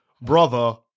brother